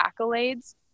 accolades